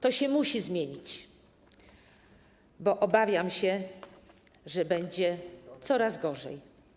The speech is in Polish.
To się musi zmienić, bo obawiam się, że będzie coraz gorzej.